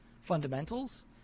fundamentals